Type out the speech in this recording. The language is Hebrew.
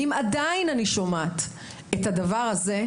אם עדיין אני שומעת את הדבר הזה,